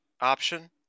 option